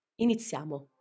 Iniziamo